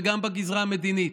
וגם בגזרה המדינית,